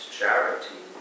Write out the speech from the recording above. charity